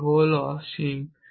এই হোল অসীম